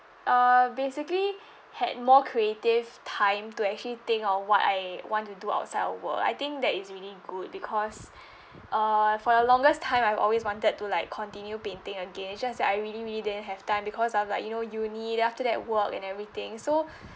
uh basically had more creative time to actually think of what I want to do outside of work I think that is really good because uh for the longest time I've always wanted to like continue painting again it's just that I really really didn't have time because of like you know uni then after that work and everything so